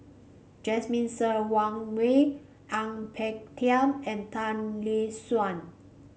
Jasmine Ser Wang Wei Ang Peng Tiam and Tan Lee Suan